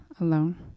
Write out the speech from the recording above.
alone